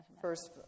first